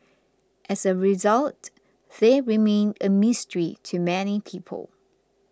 as a result they remain a mystery to many people